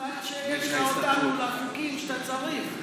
מזל שיש לך אותנו לחוקים שאתה צריך.